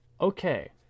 Okay